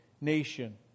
nation